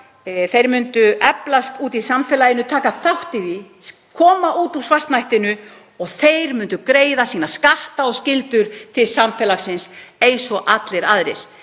Þeir myndu eflast úti í samfélaginu, taka þátt í því og koma út úr svartnættinu. Þeir myndu greiða sína skatta og skyldur til samfélagsins eins og allir aðrir,